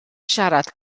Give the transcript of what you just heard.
siarad